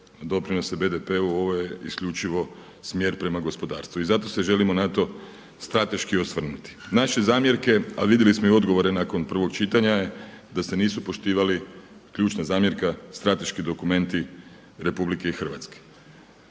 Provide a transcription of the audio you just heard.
doprinose BDP-u a ovaj je isključivo smjer prema gospodarstvu. I zato se želimo na to strateški osvrnuti. Naše zamjerke, a vidjeli smo i odgovore nakon prvog čitanja da se nisu poštivali, ključna zamjerka strateški dokumenti RH.